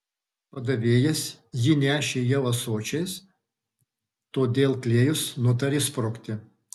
padavėjas jį nešė jau ąsočiais todėl klėjus nutarė sprukti